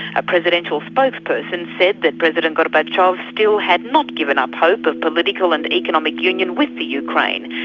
a presidential spokesperson said that president gorbachev still had not given up hope of political and economic union with the ukraine,